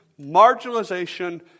marginalization